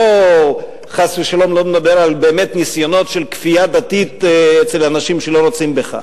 לא חס ושלום על ניסיונות של כפייה דתית אצל אנשים שלא רוצים בכך.